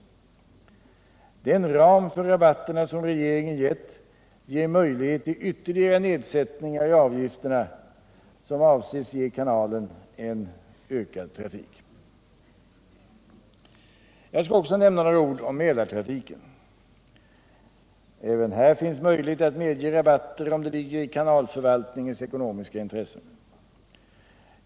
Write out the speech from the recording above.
Den ram för rabatterna som regeringen gett möjliggör ytterligare nedsättningar av avgifterna, något som avses ge kanalen en ökad trafik. Jag skall också nämna några ord om Maälartrafiken. Även här finns möjlighet att medge rabatter om det ligger i kanalförvaltningens ekonomiska intressen.